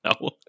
No